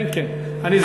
כן כן, אני זוכר.